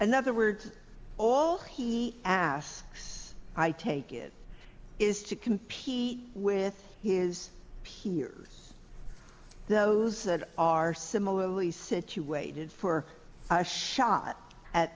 another word all he asks i take it is to compete with he's here those that are similarly situated for a shot at